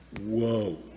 Whoa